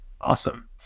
Awesome